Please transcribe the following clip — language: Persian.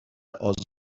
آزاد